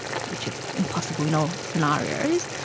which is impossible in all scenarios,